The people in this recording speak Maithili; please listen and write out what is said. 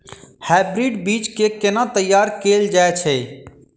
हाइब्रिड बीज केँ केना तैयार कैल जाय छै?